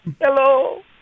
Hello